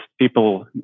People